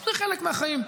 זה חלק מהחיים.